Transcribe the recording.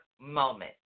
moment